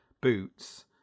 boots